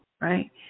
right